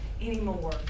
anymore